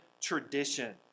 tradition